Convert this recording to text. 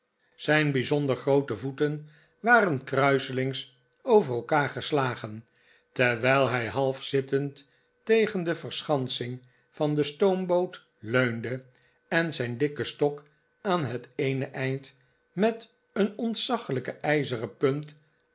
zijn bijzonder groote voeten waren kruiselings over elkaar gestagen terwijl hij half zittend tegen de verschansing van de stoomboot leunde en zijn dikke stok aan het eene einde met een ontzaglijke ijzeren punt